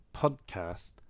PODCAST